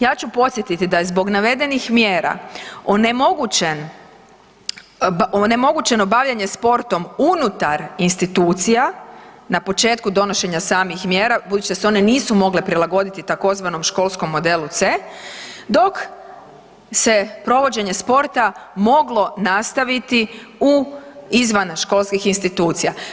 Ja ću podsjetiti da je zbog navedenih mjera onemogućen, onemogućeno bavljenje sportom unutar institucija na početku donošenja samih mjera budući da se one nisu mogle prilagoditi tzv. školskom modelu C, dok se provođenje sporta moglo nastaviti u, izvan školskih institucija.